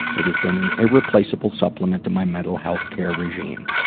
it has been an irreplaceable supplement to my mental healthcare regime.